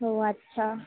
ও আচ্ছা